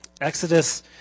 Exodus